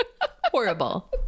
horrible